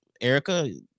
erica